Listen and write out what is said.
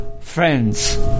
friends